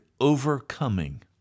overcoming